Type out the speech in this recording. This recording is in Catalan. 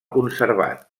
conservat